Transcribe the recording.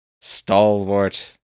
stalwart